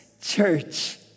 church